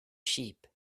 sheep